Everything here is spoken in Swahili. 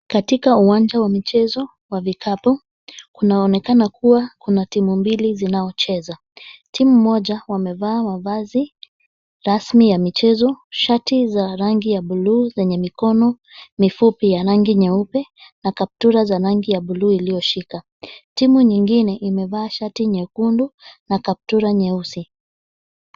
Katika uwanja wa michezo wa vikapu kunaonekana kuwa kuna timu mbili zinaocheza. Timu mmoja, wamevaa mavazi rasmi ya michezo, shati za rangi ya buluu lenye mikono mifupi ya rangi nyeupe na kaptura za rangi ya buluu iliyoshika. Timu nyingine imevaa shati nyekundu na kaptura nyeusi.